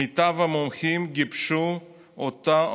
מיטב המומחים גיבשו אותה,